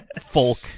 folk